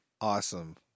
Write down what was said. Awesome